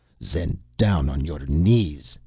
zen down on your knees,